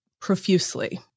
profusely